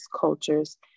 cultures